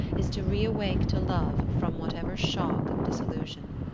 is to reawake to love from whatever shock of disillusion.